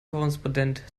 korrespondent